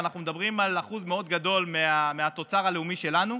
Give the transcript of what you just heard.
ואנחנו מדברים על אחוז מאוד גדול מהתוצר הלאומי שלנו.